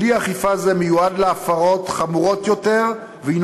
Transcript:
כלי אכיפה זה מיועד להפרות חמורות יותר והוא